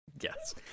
Yes